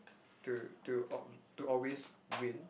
to to al~ to always win